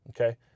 okay